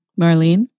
Marlene